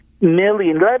million